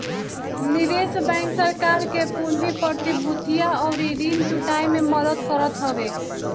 निवेश बैंक सरकार के पूंजी, प्रतिभूतियां अउरी ऋण जुटाए में मदद करत हवे